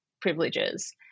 privileges